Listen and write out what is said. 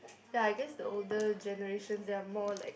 ya I guess the older generation they are more like